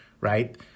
right